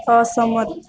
અસંમત